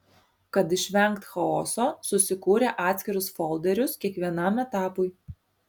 kad išvengt chaoso susikūrė atskirus folderius kiekvienam etapui